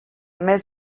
més